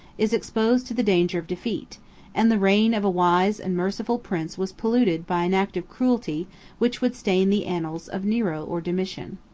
is exposed to the danger of defeat and the reign of a wise and merciful prince was polluted by an act of cruelty which would stain the annals of nero or domitian.